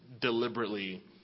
deliberately